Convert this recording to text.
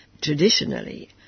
traditionally